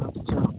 अच्छा